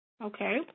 Okay